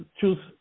choose